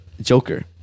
Joker